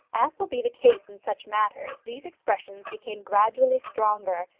as will be the case in such matters, these expressions became gradually stronger,